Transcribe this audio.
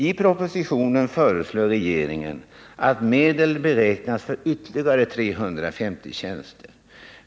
I propositionen föreslår regeringen att medel beräknas för ytterligare 350 tjänster.